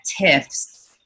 tiffs